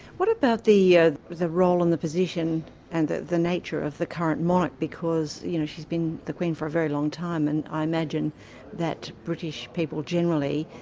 what about the yeah the role and the position and the the nature of the current monarch, because you know she's been the queen for a very long time, and i imagine that british people generally,